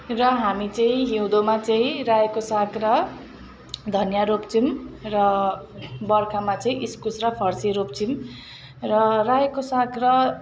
र हामी चाहिँ हिउँदोमा चाहिँ रायोको साग र धनियाँ रोप्छौँ र बर्खामा चाहिँ इस्कुस र फर्सी रोप्छौँ र रायोको साग र